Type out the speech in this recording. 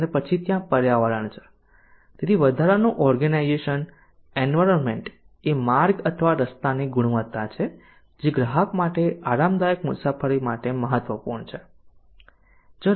અને પછી ત્યાં પર્યાવરણ છે તેથી વધારાનું ઓર્ગેનાઈઝેશન એન્વાયરમેન્ટ એ માર્ગ અથવા રસ્તાની ગુણવત્તા છે જે ગ્રાહક માટે આરામદાયક મુસાફરી માટે મહત્વપૂર્ણ છે